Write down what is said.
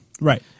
right